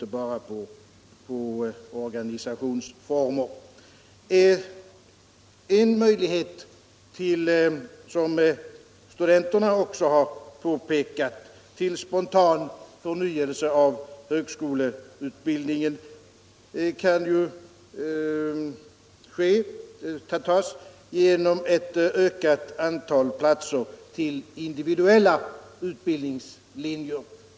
En möjlighet till spontan förnyelse av högskoleutbildningen kan, som studenterna också har påpekat, vara att öka antalet platser till individuella utbildningslinjer.